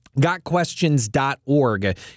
gotquestions.org